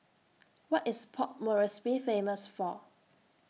What IS Port Moresby Famous For